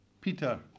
Peter